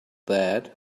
that